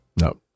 No